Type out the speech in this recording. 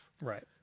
Right